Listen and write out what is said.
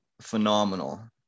phenomenal